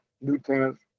lieutenants